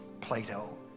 Plato